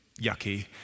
yucky